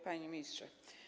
Panie Ministrze!